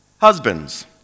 Husbands